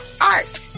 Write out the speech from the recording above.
art